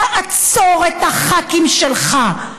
תעצור את הח"כים שלך,